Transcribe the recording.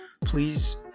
please